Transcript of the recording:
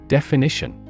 Definition